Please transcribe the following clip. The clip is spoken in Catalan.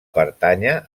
pertànyer